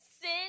sin